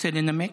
רוצה לנמק.